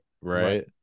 right